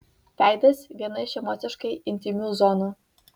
veidas viena iš emociškai intymių zonų